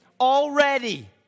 Already